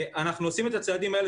אנחנו צועדים את הצעדים האלה,